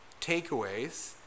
takeaways